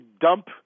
dump